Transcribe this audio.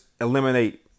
eliminate